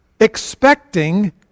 expecting